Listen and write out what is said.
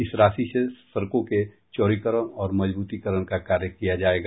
इस राशि से सड़कों के चौड़ीकरण और मजबूतीकरण का कार्य किया जायेगा